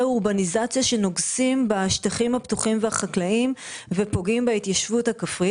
אורבניזציה שנוגסים בשטחים הפתוחים והחקלאיים ופוגעים בהתיישבות הכפרית.